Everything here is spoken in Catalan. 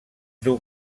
dur